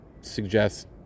suggest –